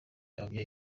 ababyeyi